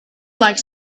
like